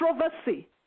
controversy